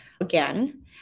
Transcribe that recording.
again